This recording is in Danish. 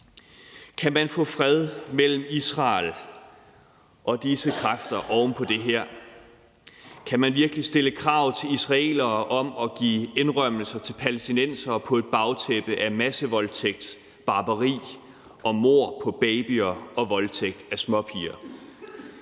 Kan man få fred mellem Israel og disse kræfter oven på det her? Kan man virkelig stille krav til israelere om at give indrømmelser til palæstinensere på et bagtæppe af massevoldtægt, barbari, mord på babyer og voldtægt af småpiger?